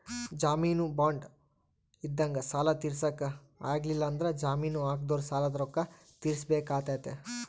ಜಾಮೀನು ಬಾಂಡ್ ಇದ್ದಂಗ ಸಾಲ ತೀರ್ಸಕ ಆಗ್ಲಿಲ್ಲಂದ್ರ ಜಾಮೀನು ಹಾಕಿದೊರು ಸಾಲದ ರೊಕ್ಕ ತೀರ್ಸಬೆಕಾತತೆ